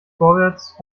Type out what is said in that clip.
vorwärts